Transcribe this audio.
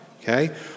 okay